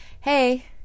Hey